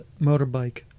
motorbike